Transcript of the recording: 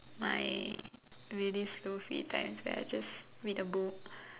my really slow free times that I just read a book